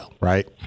right